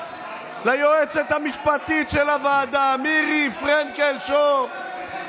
ליועצת המשפטית של הוועדה מירי פרנקל שור.